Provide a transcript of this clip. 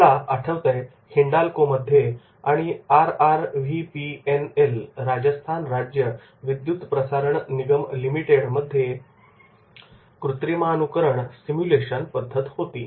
मला आठवतंय हिंडाल्कोमध्ये व आरआरव्हीपीएनएल राजस्थान राज्य विद्युत प्रसारण निगम लिमिटेडमध्ये कृत्रिमानुकरण सिमुलेशन पद्धत होती